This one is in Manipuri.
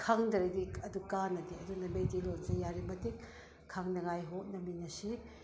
ꯈꯪꯗ꯭ꯔꯗꯤ ꯑꯗꯨ ꯀꯥꯟꯅꯗꯦ ꯑꯗꯨꯅ ꯃꯩꯇꯩꯂꯣꯟꯁꯦ ꯌꯥꯔꯤꯕ ꯃꯈꯩ ꯈꯪꯅꯉꯥꯏ ꯍꯣꯠꯅꯃꯤꯟꯅꯁꯤ